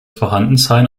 vorhandensein